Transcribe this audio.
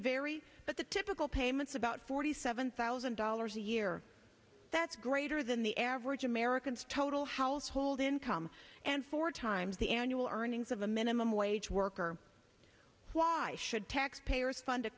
vary but the typical payments about forty seven thousand dollars a year that's greater than the average americans total household income and four times the annual earnings of a minimum wage worker why should taxpayers fund